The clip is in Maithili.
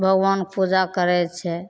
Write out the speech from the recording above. भगवानके पूजा करै छै